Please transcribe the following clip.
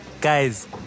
Guys